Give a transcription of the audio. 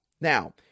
Now